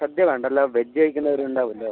സദ്യ വേണ്ടല്ലോ വെജ് കഴിക്കുന്നവരും ഉണ്ടാവുമല്ലോ